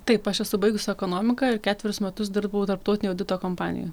taip aš esu baigusi ekonomiką ir ketverius metus dirbau tarptautinėj audito kompanijoj